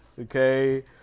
Okay